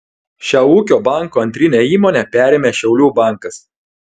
šią ūkio banko antrinę įmonę perėmė šiaulių bankas